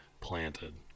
planted